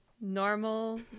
Normal